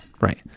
Right